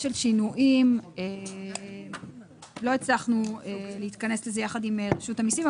של שינויים לא הצלחנו להתכנס לזה יחד עם רשות המסים,